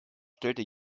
stellte